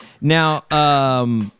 Now